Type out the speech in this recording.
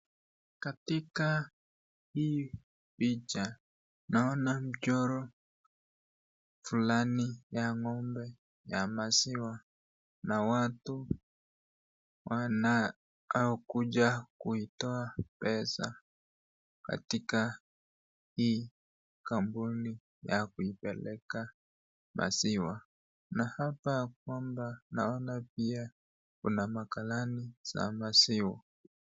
Katika hii picha naona mchoro fulani ya ng'ombe ya maziwa na watu wanaokuja kuitoa pesa katika hii kampuni ya kuipeleka maziwa. Na hapa kwamba naona pia kuna magalani za maziwa.